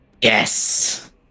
Yes